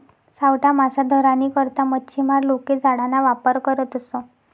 सावठा मासा धरानी करता मच्छीमार लोके जाळाना वापर करतसं